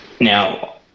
Now